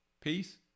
peace